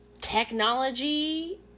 technology